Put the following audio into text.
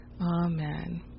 Amen